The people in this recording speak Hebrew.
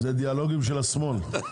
אלה דיאלוגים של השמאל...